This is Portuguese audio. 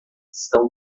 estão